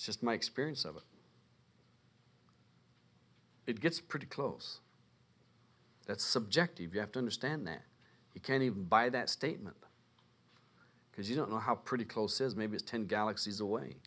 just my experience of it it gets pretty close that's subjective you have to understand that you can't even buy that statement because you don't know how pretty close is maybe ten galaxies away